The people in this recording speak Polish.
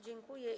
Dziękuję.